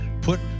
put